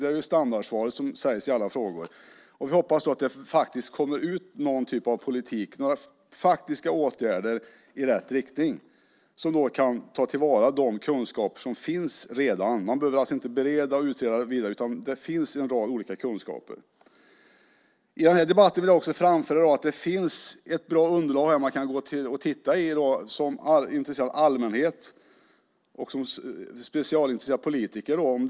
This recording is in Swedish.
Det är standardsvaret i alla frågor. Vi hoppas att det kommer ut någon typ av politik med några faktiska åtgärder i rätt riktning som kan ta till vara de kunskaper som redan finns. Man behöver alltså inte bereda och utreda vidare. Det finns kunskaper. I den här debatten vill jag också framföra att det finns ett bra underlag som man som intresserad allmänhet och specialintresserad politiker kan titta i.